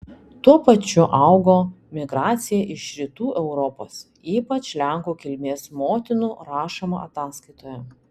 tuo pačiu augo migracija iš rytų europos ypač lenkų kilmės motinų rašoma ataskaitoje